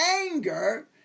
anger